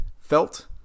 Felt